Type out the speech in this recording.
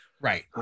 Right